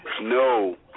no